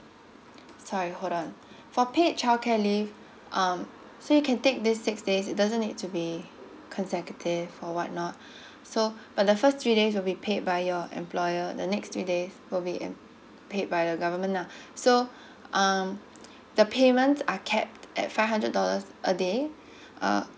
sorry hold on for paid childcare leave um so you can take these six days it doesn't need to be consecutive or what not so but the first three days will be paid by your employer the next three days will be um paid by the government lah so um the payment are capped at five hundred dollars a day uh